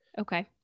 Okay